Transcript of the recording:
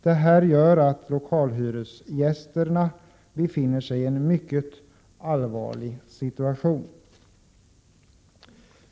Detta gör att lokalhyresgästerna befinner sig i en mycket allvarlig situation.